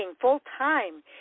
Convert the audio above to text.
full-time